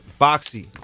Boxy